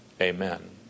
Amen